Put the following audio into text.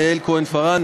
יעל כהן-פארן,